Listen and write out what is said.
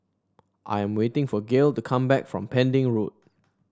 I am waiting for Gale to come back from Pending Road